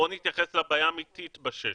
בואו נתייחס לבעיה האמתית ב-16,